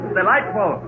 delightful